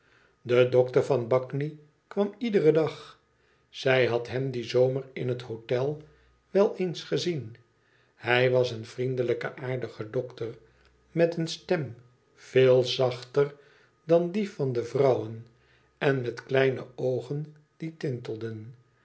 de dokter van de bagni kwam iederen dag zij had hem dien zomer in het hotel wel eens gezien hij was een vriendelijke aardige dokter met een stem veel zachter dan die van de vrouwen en met kleine oogen die tintelden